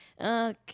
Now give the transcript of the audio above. Okay